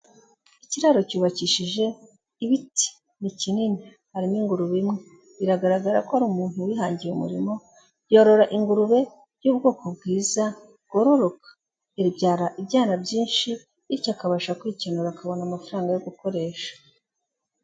Ikiraro cyubakishije ibiti, ni kinini. Harimo ingurube imwe. Biragaragara ko ari umuntu wihangiye umurimo, yorora ingurube y'ubwoko bwiza bwororoka. Ibyara ibyana byinshi, bityo akabasha kwikenura akabona amafaranga yo gukoresha.